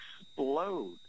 explode